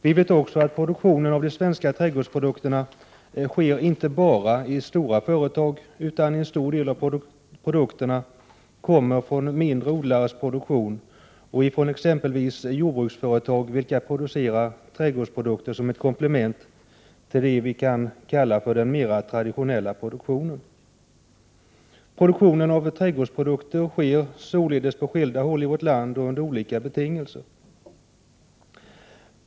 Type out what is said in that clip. Vi vet att produktionen av de svenska trädgårdsprodukterna inte bara sker i stora företag, utan en stor del av produkterna kommer från mindre odlares produktion, bl.a. från jordbruksföretag vilka producerar trädgårdsprodukter som ett komplement till det vi kan kalla den mera traditionella produktionen. Produktionen av trädgårdsprodukter sker således på skilda håll i vårt land och under olika betingelser.